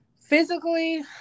physically